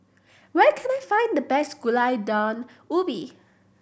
where can I find the best Gulai Daun Ubi